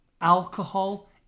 alcohol